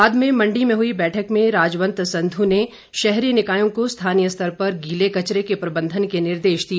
बाद में मंडी में हुई बैठक में राजवंत संधु ने शहरी निकायों को स्थानीय स्तर पर गीले कचरे के प्रबंधन के निर्देश दिए